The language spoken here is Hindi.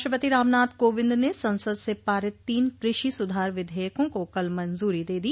राष्ट्रपति रामनाथ कोविंद ने संसद से पारित तीन कृषि सुधार विधेयकों को कल मंजूरी दे दी